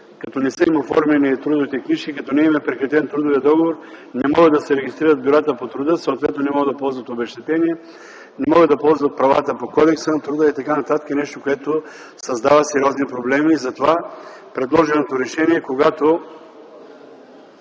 като не са им оформени трудовите книжки, като не им е прекратен трудовият договор, не могат да се регистрират в бюрата по труда, съответно не могат да ползват обезщетение, не могат да ползват правата по Кодекса на труда и така нататък – нещо, което създава сериозни проблеми. Затова предложеното решение, когато